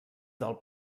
del